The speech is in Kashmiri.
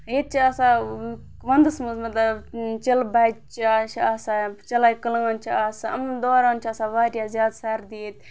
ییٚتہِ چھِ آسان وَندَس منٛز مطلب چَلہٕ بَچہِ یا چھِ آسان چِلے کَلان چھِ آسان یِم دوران چھِ آسان واریاہ زیادٕ سَردی ییٚتہِ